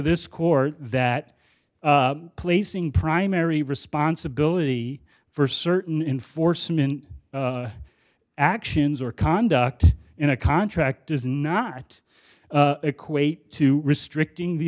this court that placing primary responsibility for certain enforcement actions or conduct in a contract does not equate to restricting the